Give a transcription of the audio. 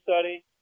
study